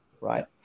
Right